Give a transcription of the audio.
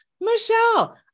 Michelle